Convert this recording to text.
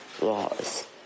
laws